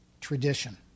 tradition